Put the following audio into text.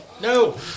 no